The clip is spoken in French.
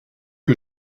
que